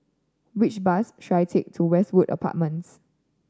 which bus should I take to Westwood Apartments